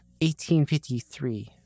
1853